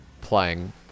playing